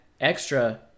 extra